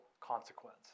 consequence